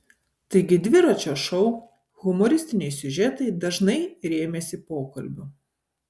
taigi dviračio šou humoristiniai siužetai dažnai rėmėsi pokalbiu